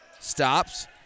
stops